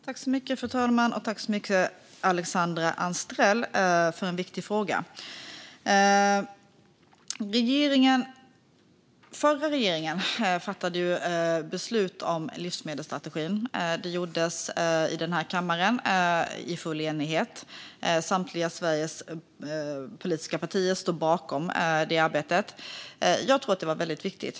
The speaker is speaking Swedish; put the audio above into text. Fru talman! Tack så mycket, Alexandra Anstrell, för en viktig fråga! Den förra regeringen fattade beslut om livsmedelsstrategin. Det gjordes i den här kammaren i full enighet - samtliga av Sveriges politiska partier stod bakom det arbetet. Jag tror att det var väldigt viktigt.